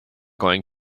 going